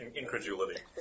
incredulity